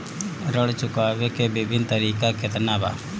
ऋण चुकावे के विभिन्न तरीका केतना बा?